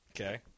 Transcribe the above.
Okay